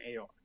AR